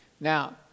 Now